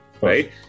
Right